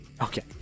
Okay